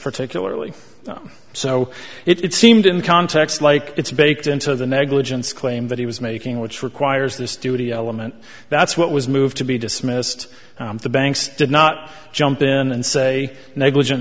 particularly so it seemed in context like it's baked into the negligence claim that he was making which requires this duty element that's what was moved to be dismissed the banks did not jump in and say negligent